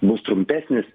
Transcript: bus trumpesnis